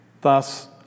thus